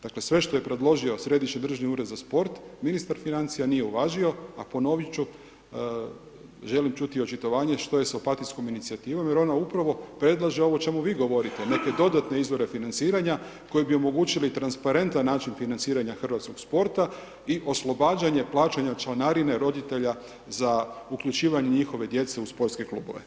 Dakle sve što je predložio Središnji državni ured za sport, ministar financija nije uvažio, a ponovit ću, želim čuti očitovanje što je s Opatijskom inicijativom jer ona upravo predlaže ovo o čemu vi govorite, neke dodatne izvore financiranja koji bi omogućili transparentan način financiranja hrvatskog sporta i oslobađanje plaćanja članarine roditelja za uključivanje njihove djece u sportske klubove.